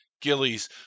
Gillies